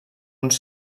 uns